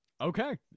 Okay